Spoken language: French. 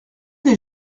des